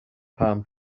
palm